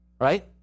Right